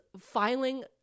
filing